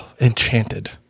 enchanted